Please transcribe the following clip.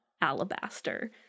alabaster